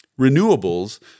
renewables